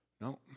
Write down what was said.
No